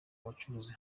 abacururiza